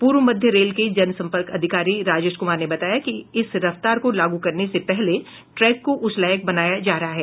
पूर्व मध्य रेल के जनसंपर्क अधिकारी राजेश कुमार ने बताया कि इस रफ्तार को लागू करने से पहले ट्रैक को उस लायक बनाया जा रहा है